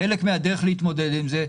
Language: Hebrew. חלק מהדרך להתמודד עם זה,